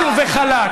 חד וחלק.